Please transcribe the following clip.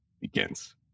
begins